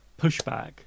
pushback